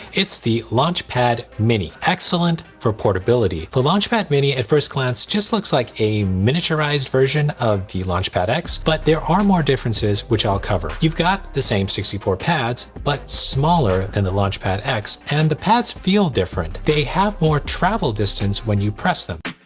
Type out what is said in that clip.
it's the launchpad mini. excellent for portability the launchpad mini at first glance just looks like a miniaturized version of the launchpad x but there are more differences which i'll cover. you've got the same sixty four pads but smaller than the launchpad x and the pads feel different. they have more travel distance when you press them